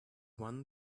one